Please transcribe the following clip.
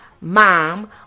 mom